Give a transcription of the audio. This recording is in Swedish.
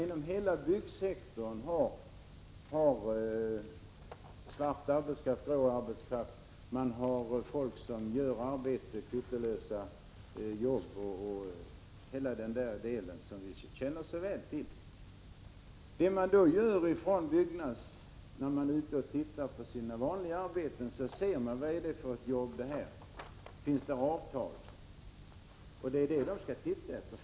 Inom hela byggsektorn 6 maj 1986 finns det svart arbetskraft och grå arbetskraft, folk som utför arbete kvittolöst och hela den där delen som vi känner så väl till. När Byggnads är ute och tittar på sina vanliga arbetsplatser frågar de: Vad är det här för ett jobb, finns det avtal? Det är det de skall titta efter.